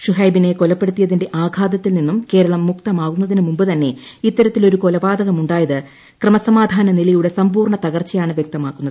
ഷുഹൈബിനെ കൊലപ്പെടുത്തിയതിന്റെ ആഘാതത്തിൽ നിന്നും കേരളം മുക്തമാകുന്നതിന് മുമ്പ് തന്നെ ഇത്തരത്തിലൊരു കൊലപാതകമുണ്ടായത് ക്രമസമാധാന നിലയുടെ സമ്പൂർണ്ണ തകർച്ചയാണ് വ്യക്തമാക്കുന്നത്